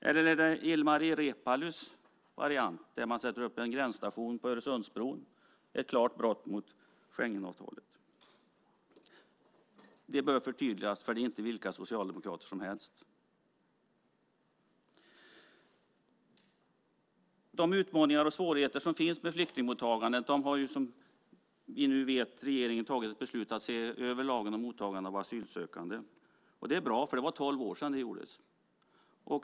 Eller är det Ilmar Reepalus variant som gäller? Där sätter man upp en gränsstation på Öresundsbron - ett klart brott mot Schengenavtalet? Det bör förtydligas, för det här är inte vilka socialdemokrater som helst. När det gäller de utmaningar och svårigheter som finns med flyktingmottagandet har, som vi vet, regeringen fattat ett beslut om att se över lagen om mottagande av asylsökande. Det är bra, för det var tolv år sedan det gjordes.